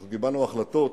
אנחנו קיבלנו החלטות